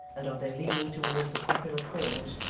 and of their leaning towards the popular cause,